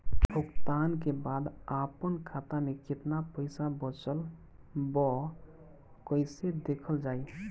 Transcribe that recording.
भुगतान के बाद आपन खाता में केतना पैसा बचल ब कइसे देखल जाइ?